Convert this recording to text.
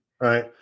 Right